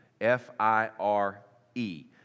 F-I-R-E